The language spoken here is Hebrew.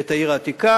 את העיר העתיקה,